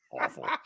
awful